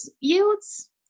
yields